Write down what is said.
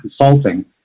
consulting